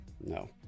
No